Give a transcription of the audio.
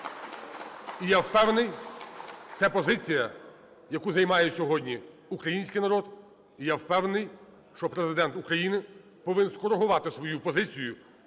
І я впевнений, це позиція, яку займає сьогодні український народ, і я впевнений, що Президент України повинен скоригувати свою позицію